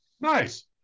Nice